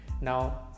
now